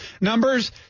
Numbers